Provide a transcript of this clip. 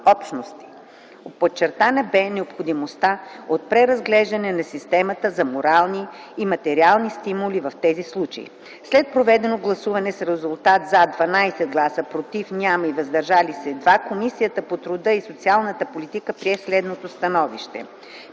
общности. Подчертана бе необходимостта от преразглеждането на системата за морални и материални стимули в тези случаи. След проведено гласуване с резултати: „за” – 12 гласа, „против” – няма и „въздържали се” – 2, Комисията по труда и социалната политика прие следното становище: